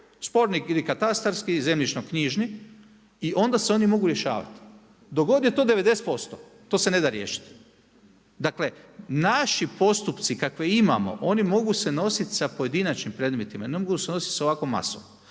Sporni ili katastarski, zemljišno knjižni i onda se oni mogu rješavati. Dok god je to 90%, to se ne da riješiti. Dakle, naši postupci, kakve imamo, oni mogu se nositi sa pojedinačnim predmetima, ne mogu se nositi sa ovakvom masom.